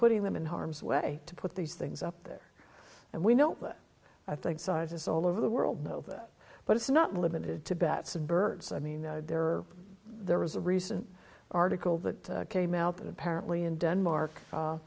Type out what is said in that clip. putting them in harm's way to put these things up there and we know i think scientists all over the world know that but it's not limited to bats and birds i mean there are there was a recent article that came out that apparently in denmark